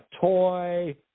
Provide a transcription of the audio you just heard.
toy